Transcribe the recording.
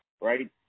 right